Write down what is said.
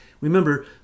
Remember